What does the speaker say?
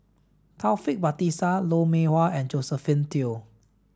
Taufik Batisah Lou Mee Wah and Josephine Teo